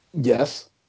Yes